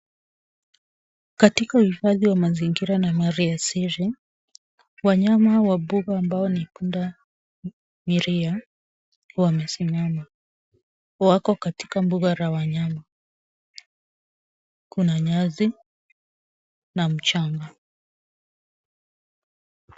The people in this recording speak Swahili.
Katika uhifadhi wa mazingira na mali asili, wanyama wa pori ambao ni pundamilia wamesimama. Wako katika mbuga la wanyama. Kuna nyasi na mchanga.